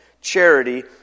charity